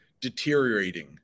deteriorating